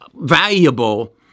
valuable